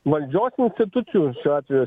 valdžios institucijų šiuo atveju